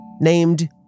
named